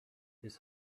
his